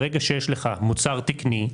ברגע שיש לך מוצר תקני,